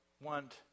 want